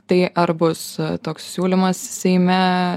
tai ar bus toks siūlymas seime